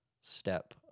step